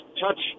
touch